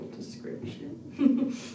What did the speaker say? description